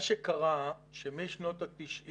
מה שקרה זה שמשנות ה-90